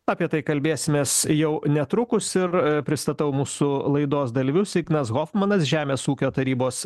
apie tai kalbėsimės jau netrukus ir i pristatau mūsų laidos dalyvius ignas hofmanas žemės ūkio tarybos